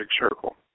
circle